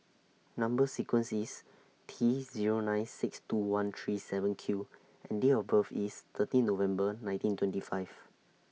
Number sequence IS T Zero nine six two one three seven Q and Date of birth IS thirteen November nineteen twenty five